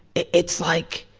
it's, like.